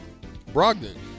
Brogdon